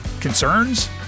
Concerns